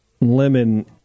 lemon